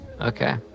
Okay